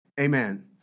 Amen